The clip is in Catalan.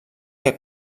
que